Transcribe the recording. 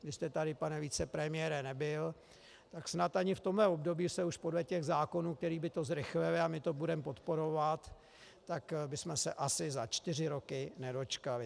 Vy jste tady, pane vicepremiére, nebyl, tak snad ani v tomhle období se už podle těch zákonů, které by to zrychlily, a my to budeme podporovat, tak bychom se asi za čtyři roky nedočkali.